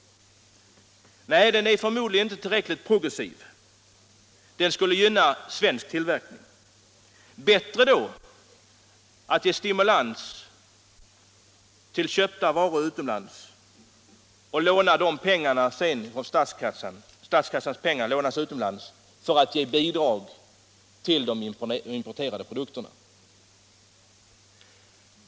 Nej, den här idén är förmodligen inte tillräckligt progressiv; den skulle gynna svensk tillverkning. Det är tydligen bättre att man ger stimulans till varor som köps utomlands och att man lånar pengar utomlands till statskassan för att kunna ge bidrag till de importerade produkterna.